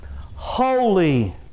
holy